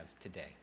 today